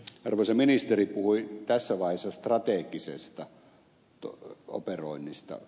arvoisa ministeri puhui tässä vaiheessa strategisesta operoinnista